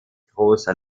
großer